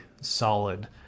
solid